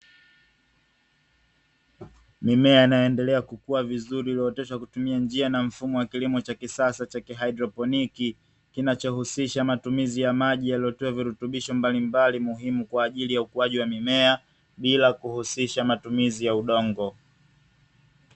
Mimea inayoendelea kukua vizuri iliyooteshwa kwa kutumia njia na mfumo wa kilimo cha kisasa cha kihaidroponi, kinachohusisha matumizi ya maji yaliyotiwa virutubisho mbalimbali muhimu kwa ajili ya ukuaji wa mimea, bila kuhusisha matumizi ya udongo.